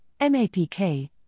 MAPK